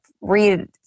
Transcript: read